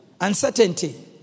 uncertainty